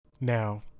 Now